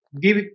Give